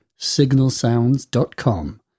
signalsounds.com